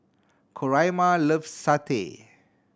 Coraima loves satay